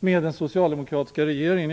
med den socialdemokratiska regeringen.